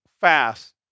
fast